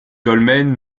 dolmen